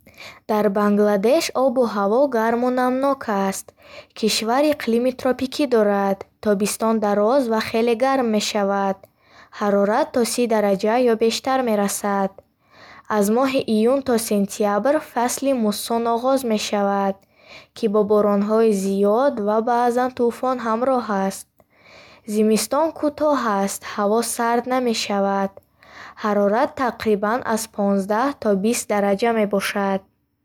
Дар Бангладеш обу ҳаво гарму намнок аст. Кишвар иқлими тропикӣ дорад: тобистон дароз ва хеле гарм мешавад, ҳарорат то сӣ дараҷа ё бештар мерасад. Аз моҳи июн то сентябр фасли муссон оғоз мешавад, ки бо боронҳои зиёд ва баъзан тӯфон ҳамроҳ аст. Зимистон кӯтоҳ аст, ҳаво сард намешавад, ҳарорат тақрибан аз понздаҳ то бист дараҷа мебошад.